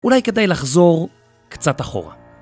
‫אולי כדאי לחזור קצת אחורה.